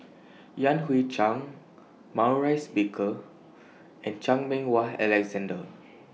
Yan Hui Chang Maurice Baker and Chan Meng Wah Alexander